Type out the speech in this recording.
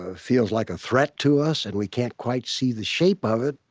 ah feels like a threat to us. and we can't quite see the shape of it.